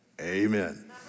amen